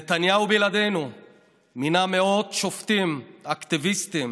נתניהו בלעדינו מינה מאות שופטים אקטיביסטים,